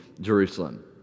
Jerusalem